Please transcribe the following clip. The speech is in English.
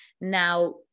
Now